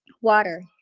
water